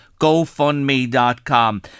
GoFundMe.com